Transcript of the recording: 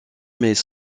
mais